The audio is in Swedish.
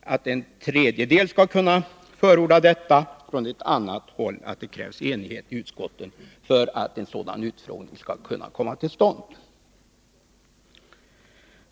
att en tredjedel av utskottets ledamöter skall kunna förorda detta och från ett annat håll att det krävs enighet i utskottet för att en sådan utfrågning skall kunna komma till stånd.